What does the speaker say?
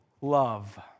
love